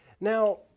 Now